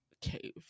cave